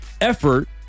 effort